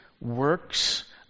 works